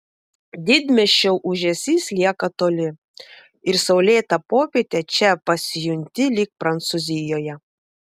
didmiesčio ūžesys lieka toli ir saulėtą popietę čia pasijunti lyg prancūzijoje